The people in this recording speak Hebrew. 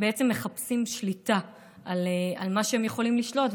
בעצם מחפשים זה שליטה על מה שהם יכולים לשלוט,